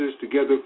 together